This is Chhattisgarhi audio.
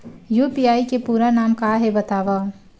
यू.पी.आई के पूरा नाम का हे बतावव?